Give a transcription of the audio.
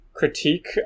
Critique